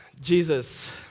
Jesus